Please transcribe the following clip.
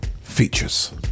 Features